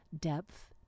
depth